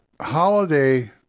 holiday